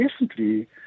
recently